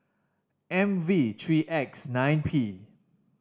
M V three X nine P